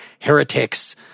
heretics